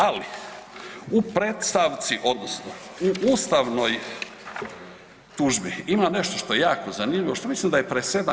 Ali u predstavci odnosno u ustavnoj tužbi ima nešto što je jako zanimljivo, što mislim da je presedan.